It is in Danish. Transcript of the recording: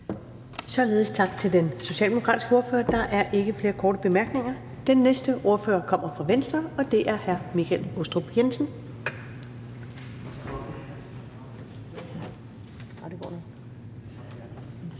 Ellemann): Tak til den socialdemokratiske ordfører. Der er ikke flere korte bemærkninger. Den næste ordfører kommer fra Venstre, og det er hr. Michael Aastrup Jensen.